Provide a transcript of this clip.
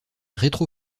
rétro